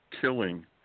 killing